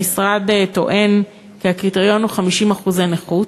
המשרד טוען כי הקריטריון הוא 50% נכות,